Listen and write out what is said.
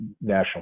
national